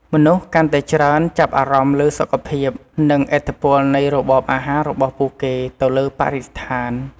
មនុស្សកាន់តែច្រើនចាប់អារម្មណ៍លើសុខភាព និងឥទ្ធិពលនៃរបបអាហាររបស់ពួកគេទៅលើបរិស្ថាន។